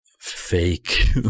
fake